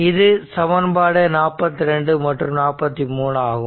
இது சமன்பாடு 42 மற்றும் 43 ஆகும்